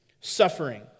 suffering